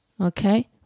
Okay